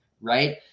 right